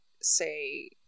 say